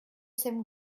sem